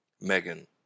Megan